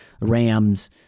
Rams